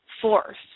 force